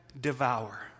devour